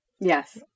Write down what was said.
Yes